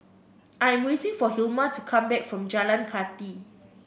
I'm waiting for Hilma to come back from Jalan Kathi